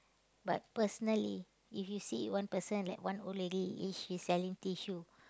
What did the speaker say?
but personally if you see one person like one old lady if she's selling tissue